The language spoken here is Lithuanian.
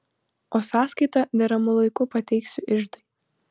o sąskaitą deramu laiku pateiksiu iždui